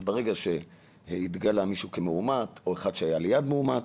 אז ברגע שהתגלה מישהו כמאומת או אחד שהיה ליד מאומת,